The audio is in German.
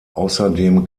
außerdem